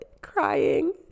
crying